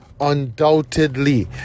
Undoubtedly